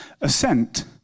assent